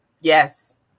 Yes